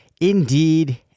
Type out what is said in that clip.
Indeed